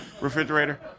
refrigerator